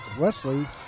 Wesley